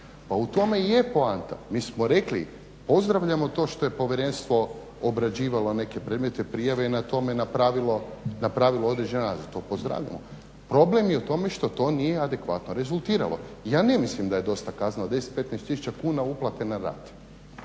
pa u tome i je poanta. Mi smo rekli pozdravljamo to što je povjerenstvo obrađivalo neke predmete, prijave na tome napravilo to pozdravljamo. Problem je u tome što to nije adekvatno rezultiralo. Ja ne mislim da je dosta kazna od 10, 15 tisuća kuna uplate na rate.